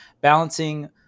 balancing